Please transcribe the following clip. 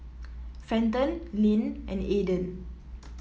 Fenton Lynne and Aiden